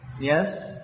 Yes